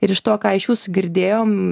ir iš to ką iš jūsų girdėjom